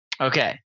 Okay